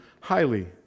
highly